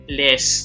less